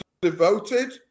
devoted